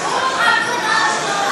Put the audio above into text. צחי הנגבי,